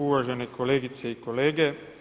Uvažene kolegice i kolege.